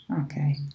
Okay